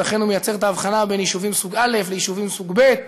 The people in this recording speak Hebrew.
ולכן הוא מייצר את ההבחנה בין יישובים סוג א' ליישובים סוג ב';